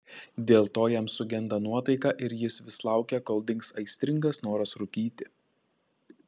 dėl to jam sugenda nuotaika ir jis vis laukia kol dings aistringas noras rūkyti